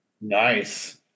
Nice